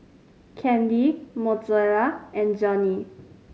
Candy Mozella and Johny